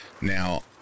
Now